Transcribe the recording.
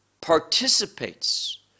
participates